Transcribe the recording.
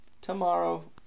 tomorrow